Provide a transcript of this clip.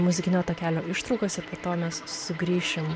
muzikinio takelio ištraukos ir po to mes sugrįšim